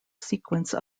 sequence